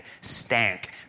stank